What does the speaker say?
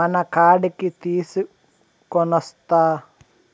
మనకాడికి తీసికొనొస్తా